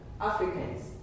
Africans